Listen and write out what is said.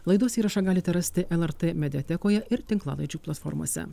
laidos įrašą galite rasti lrt mediatekoje ir tinklalaidžių platformose